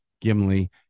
Gimli